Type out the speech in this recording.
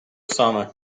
саме